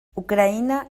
ucraïna